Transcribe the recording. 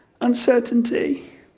uncertainty